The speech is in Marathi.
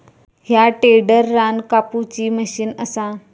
ह्या टेडर रान कापुची मशीन असा